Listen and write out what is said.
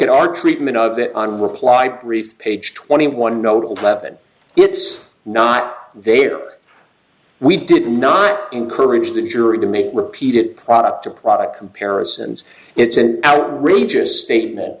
at our treatment of it on reply brief page twenty one notable eleven it's not there we did not encourage the jury to make repeated product to product comparisons it's an outrageous statement